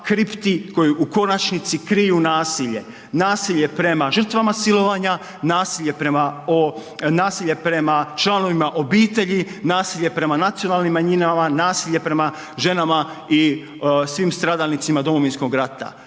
kripti koji u konačnici kriju nasilje, nasilje prema žrtvama silovanja, nasilje prema o, nasilje prema članovima obitelji, nasilje prema nacionalnim manjinama, nasilje prema ženama i svim stradalnicima Domovinskog rata,